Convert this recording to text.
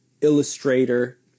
illustrator